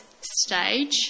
stage